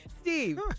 Steve